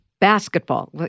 Basketball